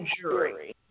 jury